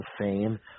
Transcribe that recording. fame